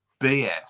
BS